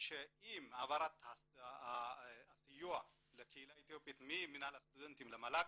שעם העברת הסיוע לקהילה האתיופית ממינהל הסטודנטים למל"ג,